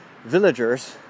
villagers